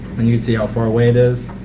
see how far away it is.